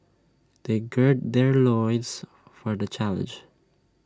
they gird their loins for the challenge